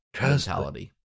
mentality